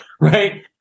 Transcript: right